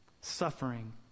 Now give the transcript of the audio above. Suffering